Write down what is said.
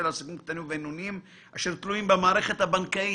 לעסקים קטנים ובינוניים אשר תלויים במערכת הבנקאית.